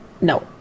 No